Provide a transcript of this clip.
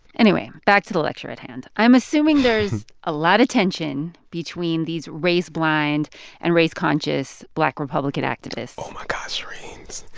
anyway, back to the lecture at hand. i'm assuming there's a lot of tension between these race-blind and race-conscious black republican activists oh, my gosh, shereen.